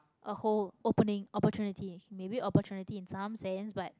a hole opening opportunity maybe opportunity in some sense but